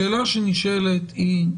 השאלה שנשאלת היא,